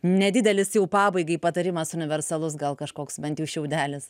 nedidelis jau pabaigai patarimas universalus gal kažkoks bent jau šiaudelis